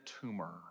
tumor